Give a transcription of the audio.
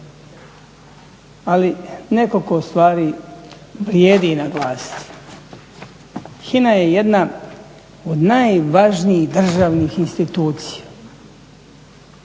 Ali nekoliko stvari vrijedi naglasiti. HINA je jedna od najvažnijih državnih institucija.